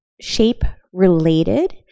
shape-related